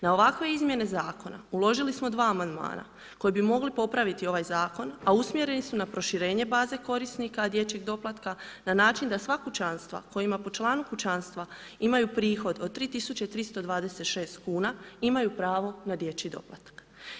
Na ovakve izmjene zakona uložili smo 2 amandmana koji bi mogli popraviti ovaj zakon a usmjereni su na proširenje baze korisnika dječjeg doplatka na način da sva kućanstva kojima po članu kućanstva imaju prihod od 3326 kuna imaju pravo na dječji doplatak.